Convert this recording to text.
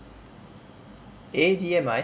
A D M I